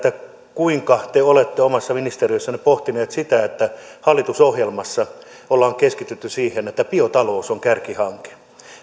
kuinka te olette omassa ministeriössänne pohtineet sitä että hallitusohjelmassa ollaan keskitytty siihen että biotalous on kärkihanke